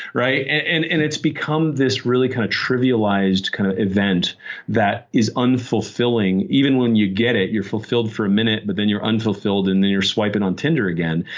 and and it's become this really kind of trivialized kind of event that is unfulfilling. even when you get it, you're fulfilled for a minute, but then you're unfulfilled and then you're swiping on tinder again.